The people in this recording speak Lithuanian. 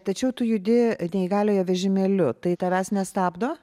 tačiau tu judi neįgaliojo vežimėliu tai tavęs nestabdo